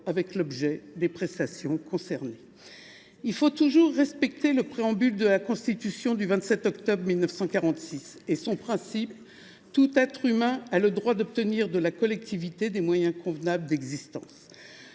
avec l’objet des prestations concernées. Il faut toujours respecter le préambule de la Constitution du 27 octobre 1946 et le principe posé selon lequel « tout être humain […] a le droit d’obtenir de la collectivité des moyens convenables d’existence ».